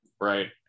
right